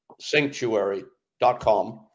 Sanctuary.com